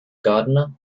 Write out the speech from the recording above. gardener